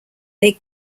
they